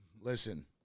Listen